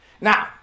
Now